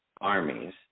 armies